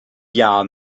jahr